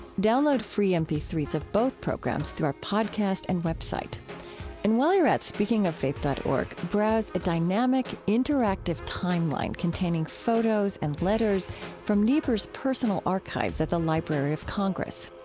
download free m p three s of both programs through our podcast and web site and while you're at speakingoffaith dot org, browse a dynamic interactive timeline containing photos and letters from niebuhr's personal archives at the library of congress.